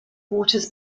waters